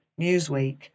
Newsweek